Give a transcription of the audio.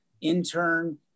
intern